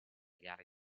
gare